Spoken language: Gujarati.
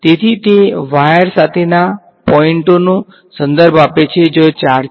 તેથી તે વાયર સાથેના પોઇંટઓનો સંદર્ભ આપે છે જ્યાં ચાર્જ છે